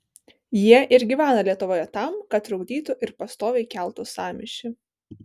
jie ir gyvena lietuvoje tam kad trukdytų ir pastoviai keltų sąmyšį